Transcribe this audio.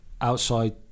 outside